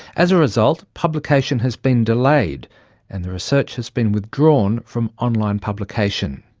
as a result, publication has been delayed and the research has been withdrawn from online publication.